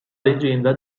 legenda